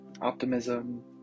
optimism